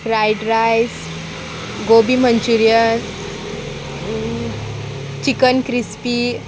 fried rice gobi Manchurian chicken crispy